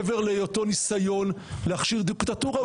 מעבר להיותו ניסיון להכשיר דיקטטורה,